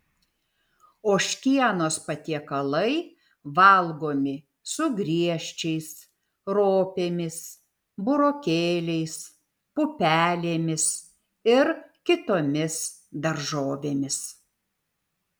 ožkienos patiekalai valgomi su griežčiais ropėmis burokėliais pupelėmis ir kitomis daržovėmis